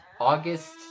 August